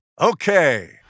Okay